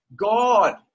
God